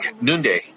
noonday